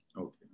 Okay